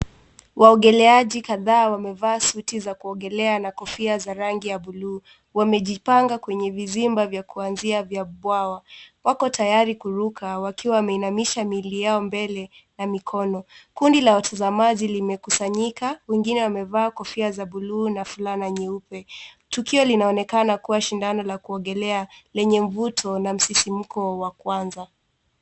Waogeleaji kadhaa wamevaa suti za kuogelea na kofia za rangi ya bluu. Wamejipanga kwenye vizimba vya kuanzia vya bwawa. Wako tayari kuruka, wakiwa wamenamisha miili yao mbele na mikono. Kundi la watazamaji limekusanyika, wengine wamevaa kofia za bluu na fulana nyeupe. Tukio linaonekana kuwa shindano la kuogelea lenye mvuto na msisimko wa pekee.